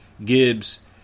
Gibbs